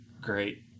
great